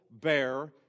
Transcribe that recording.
bear